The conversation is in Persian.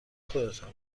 خودتان